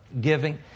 giving